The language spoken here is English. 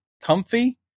comfy